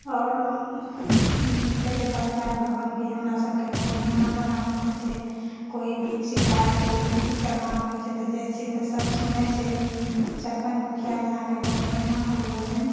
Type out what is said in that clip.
आओर जैसे पञ्चायत भवन भी हमरा सबके बहुत बढ़िआँ बना देलकौं से कोई भी शिकायत कोई भी कुछ करना होइ छै तऽ जाइ छियै तऽ सब सुनै छै सरपञ्च मुखिया यहाँके बहुत बढ़िआँ हो गेलौं छै